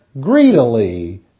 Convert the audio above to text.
greedily